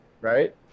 right